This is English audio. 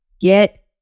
get